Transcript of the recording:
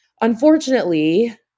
unfortunately